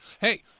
Hey